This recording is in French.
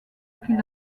plus